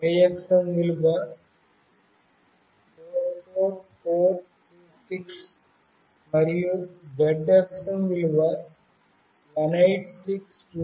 Y అక్షం విలువ 44426 మరియు z అక్షం విలువ 18628